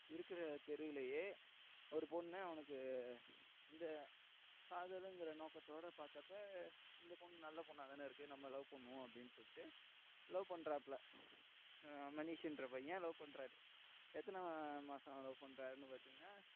இருக்கிற தெருவுலையே ஒரு பொண்ணு அவனுக்கு இது காதல்ங்கிற நோக்கதோட பார்த்தப்போ இந்த பொண்ணு நல்ல பொண்ணா தானே இருக்கு நம்ப லவ் பண்ணுவோம் அப்படின்னு சொல்லிட்டு லவ் பண்ணுறாப்ல மனிஷ்ன்ற பையன் லவ் பண்ணுறாரு எத்தனை மாதம் லவ் பண்ணுறாருன்னு பார்த்திங்ன்னா